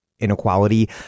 inequality